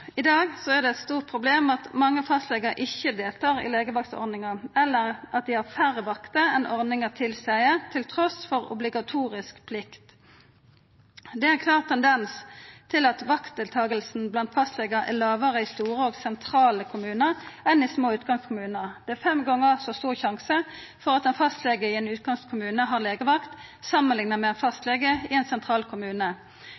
I dag er det eit stort problem at mange fastlegar ikkje deltar i legevaktordninga, eller har færre vakter enn ordninga tilseier, trass i obligatorisk plikt. Det er ein klar tendens til at vaktdeltakinga blant fastlegar er lågare i store og sentrale kommunar enn i små utkantkommunar. Det er fem gonger så stor sjanse for at ein fastlege i ein utkantkommune har legevakt, samanlikna med ein